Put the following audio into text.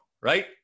right